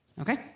Okay